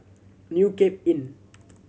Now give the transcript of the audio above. New Cape Inn